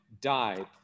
died